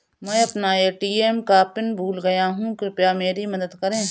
मैं अपना ए.टी.एम का पिन भूल गया हूं, कृपया मेरी मदद करें